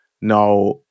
now